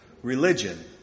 Religion